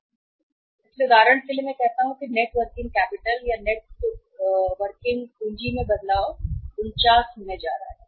net working capital जा रही है कितना हो इसलिए उदाहरण के लिए मैं कहता हूं कि net working capital net working में बदलाव पूंजी 49 होने जा रही है